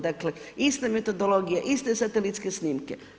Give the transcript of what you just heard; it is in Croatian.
Dakle, ista metodologija, iste satelitske snimke.